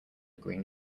green